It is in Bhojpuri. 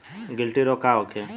गिलटी रोग का होखे?